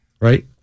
Right